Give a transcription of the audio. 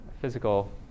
physical